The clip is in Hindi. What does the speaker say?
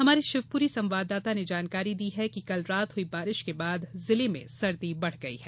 हमारे शिवपुरी संवाददाता ने जानकारी दी है कि कल रात हुई बारिश के बाद जिले में सर्दी बढ़ गई है